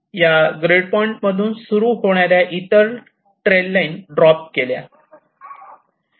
या grid point मधून सुरू होणाऱ्या इतर ट्रेल लाईन ड्रॉप केल्या